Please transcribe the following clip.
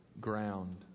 ground